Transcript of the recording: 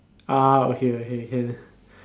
okay okay can